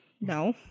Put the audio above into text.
No